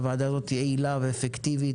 הוועדה הזאת יעילה ואפקטיבית,